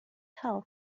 health